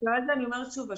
אני אומרת שוב,